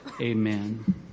Amen